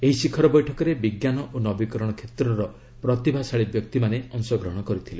ଏହି ଶିଖର ବୈଠକରେ ବିଜ୍ଞାନ ଓ ନବୀକରଣ କ୍ଷେତ୍ରର ପ୍ରତିଭାଶାଳୀ ବ୍ୟକ୍ତିମାନେ ଅଂଶଗ୍ରହଣ କରିଥିଲେ